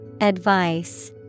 Advice